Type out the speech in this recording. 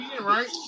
Right